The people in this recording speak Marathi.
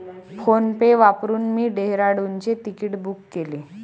फोनपे वापरून मी डेहराडूनचे तिकीट बुक केले